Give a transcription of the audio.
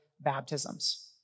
baptisms